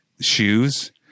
shoes